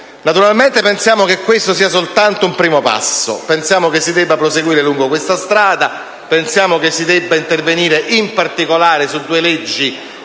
Naturalmente pensiamo che questo sia soltanto un primo passo, che si debba proseguire lungo questa strada e che si debba intervenire in particolare su due leggi